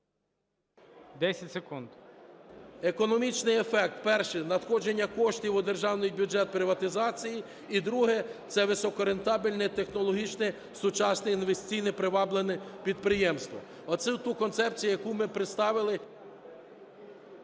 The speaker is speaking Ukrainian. КУБІВ С.І. Економічний ефект. Перше – надходження коштів у державний бюджет приватизації. І друге – це високорентабельне, технологічно сучасне, інвестиційно привабливе підприємство. Оце ту концепцію, яку ми представили...